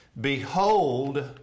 Behold